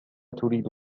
تريد